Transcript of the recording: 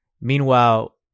Meanwhile